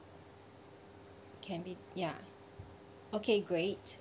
can we ya okay great